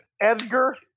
Edgar